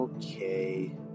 Okay